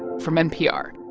from npr